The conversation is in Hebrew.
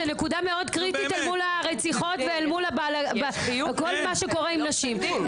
זו נקודה מאוד קריטית אל מול הרציחות ואל מול כל מה שקורה עם נשים.